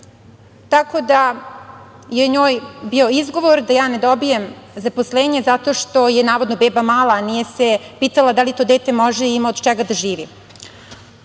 tako da je njoj bio izgovor da ja ne dobijem zaposlenje zato što je, navodno, beba mala, a nije se pitala da li to dete može i ima od čega da živi. Kao